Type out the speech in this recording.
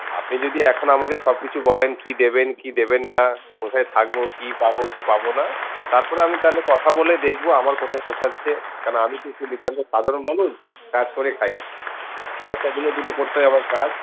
আপনি যদি এখন আমাকে সবকিছু বলেন কি দেবেন কি দেবেন না কোথায় থাকবো কি পাবো কি পাবো না তারপরে আমি তাহলে কথা বলে দেখবো আমার কোথায় পোষাচ্ছে কারণ আমি তো নিতান্ত সাধারণ মানুষ কাজ করে খাই পয়সার জন্য দুটো করতে হয় আমায় কাজ